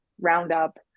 roundup